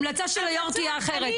ההמלצה שלי תהיה אחרת.